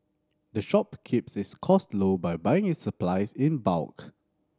the shop keeps its costs low by buying its supplies in bulk